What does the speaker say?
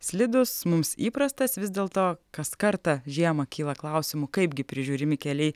slidūs mums įprastas vis dėlto kas kartą žiemą kyla klausimų kaipgi prižiūrimi keliai